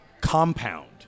compound